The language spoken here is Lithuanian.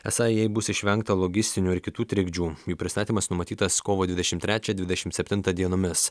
esą jei bus išvengta logistinių ir kitų trikdžių jų pristatymas numatytas kovo dvidešimt trečią dvidešimt septintą dienomis